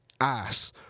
ass